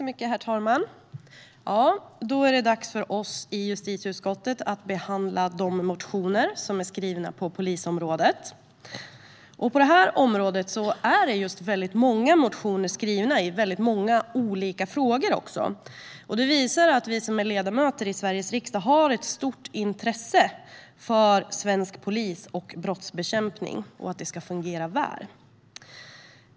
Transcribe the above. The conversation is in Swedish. Herr talman! Då är det dags för oss i justitieutskottet att behandla de motioner som har väckts på polisområdet. På det området har många motioner väckts i många olika frågor. Det visar att vi som är ledamöter i Sveriges riksdag har ett stort intresse för att svenskt polisväsen och brottsbekämpning ska fungera väl.